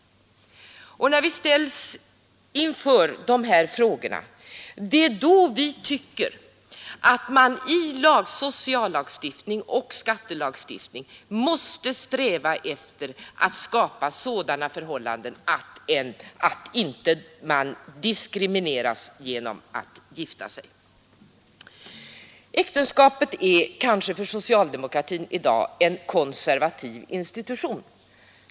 Och det är när vi ställs inför de här frågorna som vi tycker att man i sociallagstiftning och skattelagstiftning måste sträva efter att skapa sådana förhållanden att människor inte diskrimineras genom att de gifter sig. Äktenskapet är kanske för socialdemokratin i dag en konservativ institution.